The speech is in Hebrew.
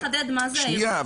שניה.